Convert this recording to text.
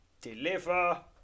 deliver